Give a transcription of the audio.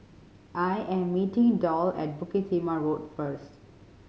I am meeting Doll at Bukit Timah Road first